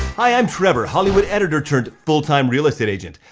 hi i'm trevor, hollywood editor turned full time real estate agent.